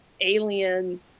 alien